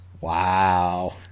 Wow